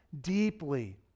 deeply